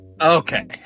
Okay